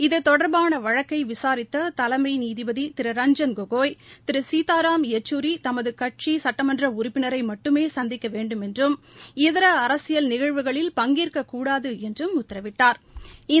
இது தொடர்பான வழக்கை விசாரித்த தலைமை நீதிபதி திரு ரஞ்ஜன் கோகோய் திரு சீதாராம் யச்சூரிய தமது கட்சி சுட்டமன்ற உறுப்பினரை மட்டுமே சந்திக்க வேண்டுமென்றும் இதர அரசியல் நிகழ்வுகளில் பங்கேற்கக்கூடாது என்றும் உத்தரவிட்டாா்